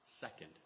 second